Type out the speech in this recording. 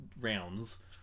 rounds